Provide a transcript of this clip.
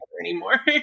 anymore